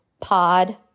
pod